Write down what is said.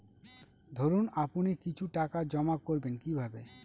ধরুন আপনি কিছু টাকা জমা করবেন কিভাবে?